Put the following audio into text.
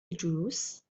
الجلوس